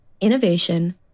innovation